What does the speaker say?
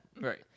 Right